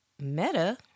Meta